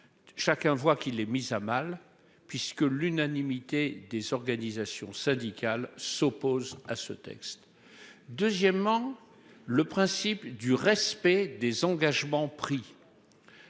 Chacun voit bien qu'il est mis à mal, puisque les organisations syndicales s'opposent unanimement à ce texte. Deuxièmement, le principe du respect des engagements pris.